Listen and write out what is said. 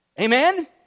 Amen